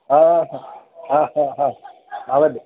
ആ ഹാ ഹാ ഹാ അതുണ്ട്